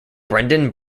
brendan